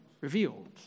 revealed